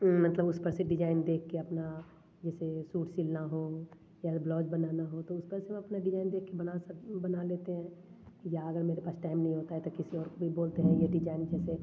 हम मतलब उस पर से डिज़ाइन देखके अपना जैसे सूट सिलना हो या ब्लाउज बनाना हो तो उस पर से हम अपना डिज़ाइन देखकर बना सके बना लेते हैं या अगर मेरे पास टाइम नहीं होता है तो किसी और को ही बोलते हैं या डिज़ाइन जैसे